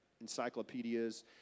encyclopedias